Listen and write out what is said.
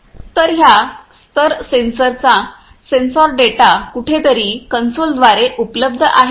तर ह्या स्तर सेन्सर चा सेन्सॉर डेटा कुठेतरी कन्सोलद्वारे उपलब्ध आहे का